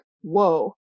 whoa